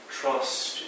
trust